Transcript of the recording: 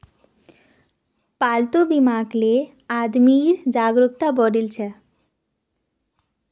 पालतू बीमाक ले आदमीत जागरूकता बढ़ील छ